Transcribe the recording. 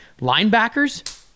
linebackers